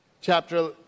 chapter